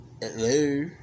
Hello